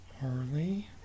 Harley